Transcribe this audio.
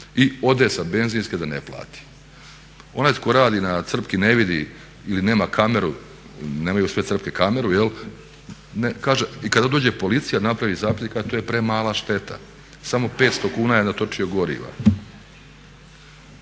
i ode sa benzinske da ne plati. Onaj tko radi na crpki ne vidi ili nema kameru, nemaju sve crpke kameru jel', i kada dođe policija, napravi zapisnik a to je premala šteta, samo 500 kuna je natočio goriva.